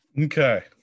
Okay